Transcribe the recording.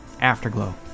Afterglow